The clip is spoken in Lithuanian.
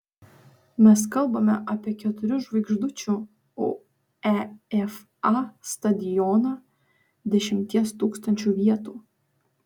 mes kalbame apie keturių žvaigždučių uefa stadioną dešimties tūkstančių vietų